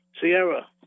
Sierra